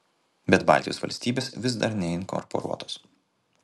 bet baltijos valstybės vis dar neinkorporuotos